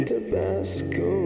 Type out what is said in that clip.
Tabasco